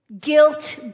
guilt